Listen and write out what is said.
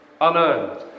unearned